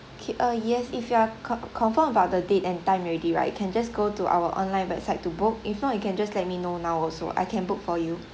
okay uh yes if you are con~ confirmed about the date and time already right you can just go to our online website to book if not you can just let me know now also I can book for you